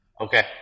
Okay